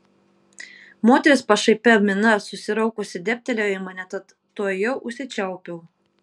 moteris pašaipia mina susiraukusi dėbtelėjo į mane tad tuojau užsičiaupiau